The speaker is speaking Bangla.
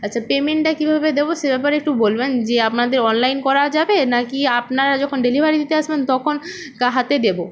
আচ্ছা পেমেন্টটা কীভাবে দেবো সে ব্যাপারে একটু বলবেন যে আপনাদের অনলাইন করা যাবে না কি আপনারা যখন ডেলিভারি দিতে আসবেন তখন কা হাতে দেবো